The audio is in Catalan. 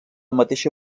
mateixa